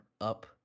up